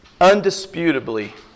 undisputably